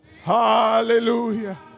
Hallelujah